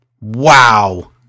Wow